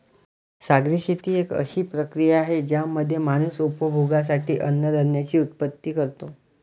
सागरी शेती एक अशी प्रक्रिया आहे ज्यामध्ये माणूस उपभोगासाठी अन्नधान्याची उत्पत्ति करतो